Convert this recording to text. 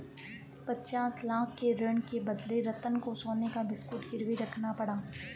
पचास लाख के ऋण के बदले रतन को सोने का बिस्कुट गिरवी रखना पड़ा